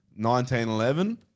1911